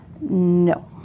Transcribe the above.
No